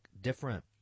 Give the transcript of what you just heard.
different